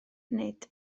nid